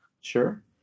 Sure